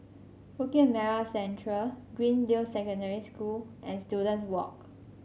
Bukit Merah Central Greendale Secondary School and Students Walk